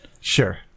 Sure